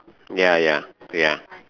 ya ya wait ah